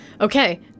Okay